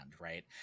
right